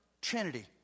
Trinity